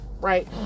right